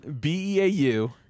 B-E-A-U